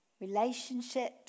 Relationships